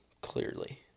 clearly